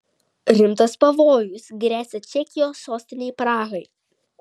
rimtas pavojus gresia čekijos sostinei prahai